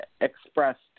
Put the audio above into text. expressed